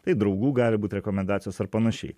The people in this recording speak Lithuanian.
tai draugų gali būt rekomendacijos ar panašiai